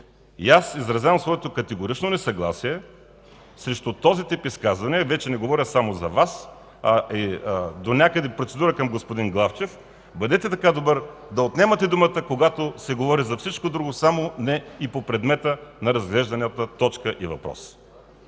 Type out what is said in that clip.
Аз изразявам своето категорично несъгласие срещу този тип изказване – вече не говоря само за Вас, донякъде е и процедура към господин Главчев: бъдете така добър да отнемате думата, когато се говори за всичко друго, само не и по предмета на разглежданата точка и въпрос.